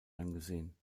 angesehen